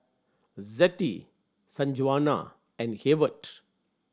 Zettie Sanjuana and Heyward